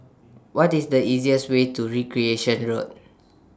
What IS The easiest Way to Recreation Road